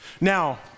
Now